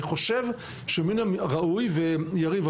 אני חושב שמין הראוי ויריב,